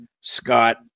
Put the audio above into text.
Scott